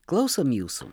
klausom jūsų